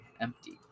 empty